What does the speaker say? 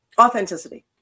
authenticity